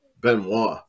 Benoit